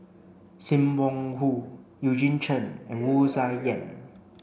Sim Wong Hoo Eugene Chen and Wu Tsai Yen